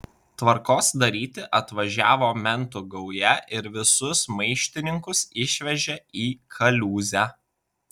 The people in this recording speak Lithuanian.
tvarkos daryti atvažiavo mentų gauja ir visus maištininkus išvežė į kaliūzę